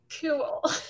Cool